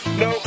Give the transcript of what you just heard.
no